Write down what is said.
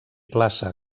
plaça